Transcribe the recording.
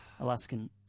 Alaskan